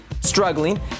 struggling